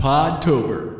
Podtober